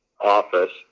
office